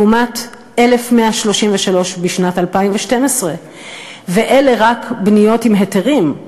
לעומת 1,133 בשנת 2012, ואלה רק בניות עם היתרים.